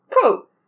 cool